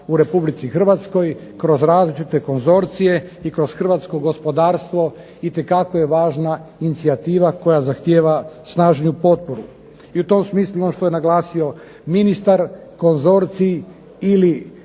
u Republici Hrvatskoj kroz različite konzorcije i kroz hrvatsko gospodarstvo, itekako je važna inicijativa koja zahtjeva potporu. I u tom smislu ono što je naglasio ministar, konzorcij ili